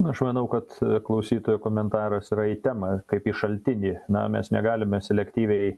na aš manau kad klausytojo komentaras yra į temą kaip į šaltinį na mes negalime selektyviai